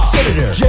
Senator